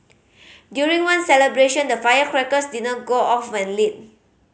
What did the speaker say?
during one celebration the firecrackers did not go off when lit